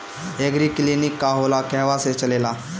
एगरी clinic का होला कहवा से चलेँला?